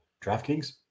DraftKings